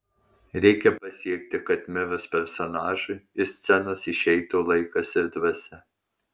reikia pasiekti kad mirus personažui iš scenos išeitų laikas ir dvasia